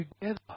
together